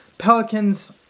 Pelicans